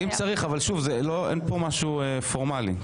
אם צריך, אבל שוב, אין פה משהו פורמאלי.